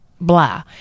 blah